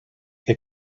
que